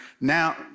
Now